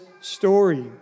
story